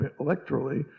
electorally